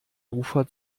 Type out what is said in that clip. ufer